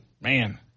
man